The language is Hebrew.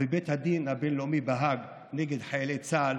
בבית הדין הבין-לאומי בהאג נגד חיילי צה"ל